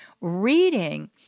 reading